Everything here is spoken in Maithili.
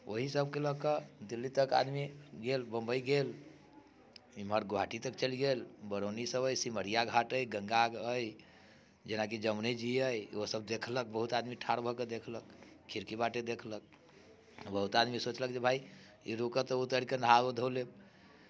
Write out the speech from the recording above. ओहि सभकेँ लऽकऽ दिल्ली तक आदमी गेल बम्बइ गेल एम्हर गोहाटी तक चलि गेल बरौनी सभ अछि सिमरिया घाट अछि गङ्गा अछि जेना कि जमुने जी अछि ओ सभ देखलक बहुत आदमी ठाढ़ भऽके देखलक खिड़की बाटे देखलक बहुत आदमी सोचलक जे भाय ई रुकत तऽ उतरि कऽ नहाओ धो लेब